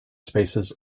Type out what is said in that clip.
spaces